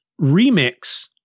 remix